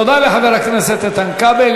תודה לחבר הכנסת איתן כבל.